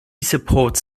supports